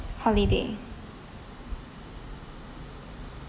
holiday